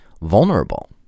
vulnerable